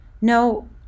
No